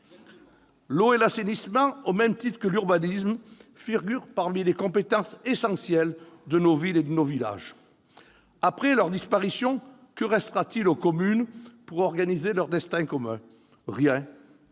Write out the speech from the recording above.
L'eau et l'assainissement, au même titre que l'urbanisme, figurent parmi les compétences essentielles de nos villes et de nos villages. Après leur disparition, que restera-t-il aux communes pour organiser leur destin commun ? Rien,